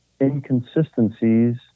inconsistencies